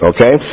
Okay